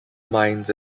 mines